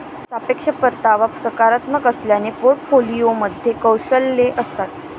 सापेक्ष परतावा सकारात्मक असल्याने पोर्टफोलिओमध्ये कौशल्ये असतात